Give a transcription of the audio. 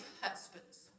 husbands